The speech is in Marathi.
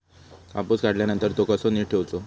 कापूस काढल्यानंतर तो कसो नीट ठेवूचो?